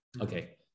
okay